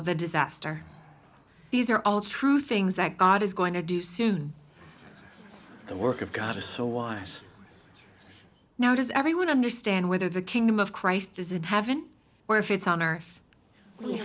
of the disaster these are all true things that god is going to do soon the work of god is so wise now does everyone understand whether the kingdom of christ is it haven't or if it's on earth